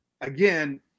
again